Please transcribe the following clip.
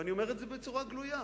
ואני אומר את זה בצורה גלויה,